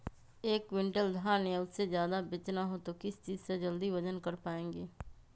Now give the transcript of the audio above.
एक क्विंटल धान या उससे ज्यादा बेचना हो तो किस चीज से जल्दी वजन कर पायेंगे?